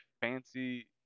fancy